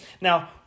Now